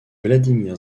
vladimir